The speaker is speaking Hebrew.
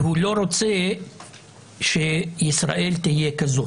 הוא לא רוצה שישראל תהיה כזו